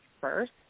first